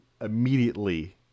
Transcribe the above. immediately